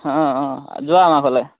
অ অ যোৱা আমাৰ ফালে